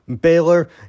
Baylor